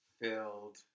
filled